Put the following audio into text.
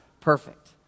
perfect